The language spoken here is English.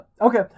Okay